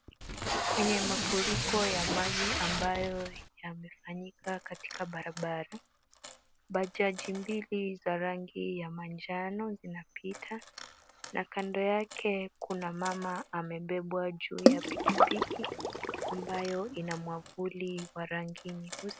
Kwenye mafuriko ya maji ambayo yamefanyika katika barabara, bajaji mbili za rangi ya manjano zinapita, na kando yake kuna mama amebebwa juu ya pikipiki ambayo inamwavuli wa rangi nyeusi.